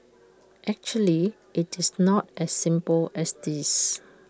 actually IT is not as simple as this